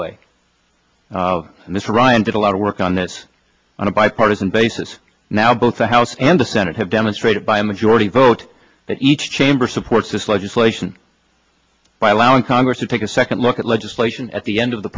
mr ryan did a lot of work on this on a bipartisan basis now both the house and the senate have demonstrated by a majority vote that each chamber supports this legislation by allowing congress to take a second look at legislation at the end of the